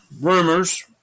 rumors